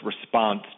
response